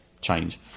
change